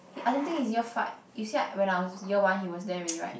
he I don't think he is year five you see ah when I was year one he was there already [right]